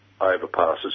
overpasses